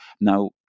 now